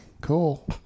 cool